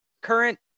current